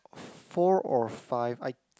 four or five I